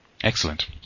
Excellent